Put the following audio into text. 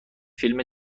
فیلم